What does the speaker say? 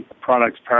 products